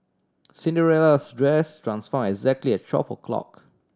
Cinderella's dress transform exactly at twelve o'clock